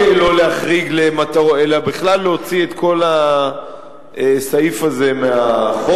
לא רק להחריג אלא בכלל להוציא את כל הסעיף הזה מהחוק,